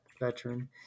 veteran